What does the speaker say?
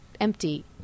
empty